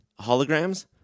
holograms